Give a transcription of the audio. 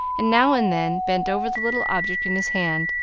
and now and then bent over the little object in his hand,